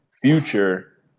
Future